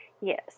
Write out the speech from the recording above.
yes